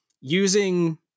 using